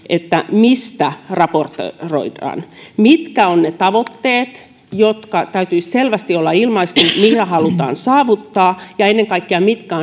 mistä raportoidaan mitkä ovat ne tavoitteet joiden täytyisi selvästi olla ilmaistuina siitä mitä halutaan saavuttaa ja ennen kaikkea mitkä